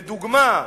לדוגמה,